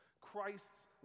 Christ's